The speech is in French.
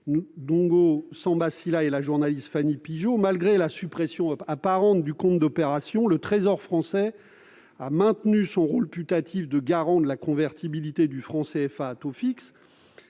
N'dongo Samba Sylla et la journaliste Fanny Pigeaud, malgré la suppression apparente du compte d'opérations, le Trésor français a maintenu son rôle putatif de garant de la convertibilité du franc CFA à taux fixe,